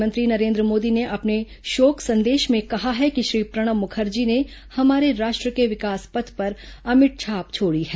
प्रधानमंत्री नरेन्द्र मोदी ने अपने शोक संदेश में कहा है कि श्री प्रणब मुखर्जी ने हमारे राष्ट्र के विकास पथ पर अमिट छाप छोड़ी है